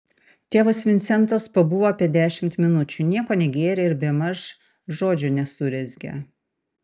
tėvas vincentas pabuvo apie dešimt minučių nieko negėrė ir bemaž žodžio nesurezgė